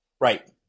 Right